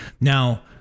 Now